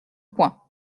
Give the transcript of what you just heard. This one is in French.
point